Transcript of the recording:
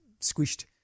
squished